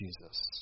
Jesus